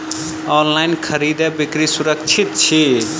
online खरीदै बिक्री सुरक्षित छी